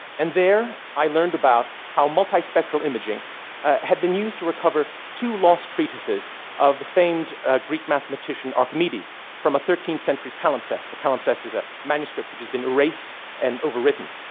and there i learned about how multispectral imaging had been used to recover two lost treatises of the famed greek mathematician archimedes from a thirteenth century palimpsest. a palimpsest is a manuscript which has been erased and overwritten.